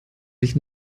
sich